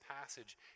passage